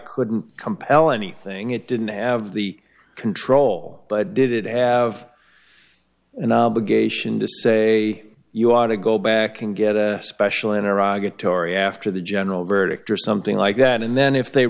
couldn't compel anything it didn't have the control but did it as an obligation to say you ought to go back and get a special iraq a tory after the general verdict or something like that and then if they